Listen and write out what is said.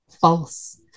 false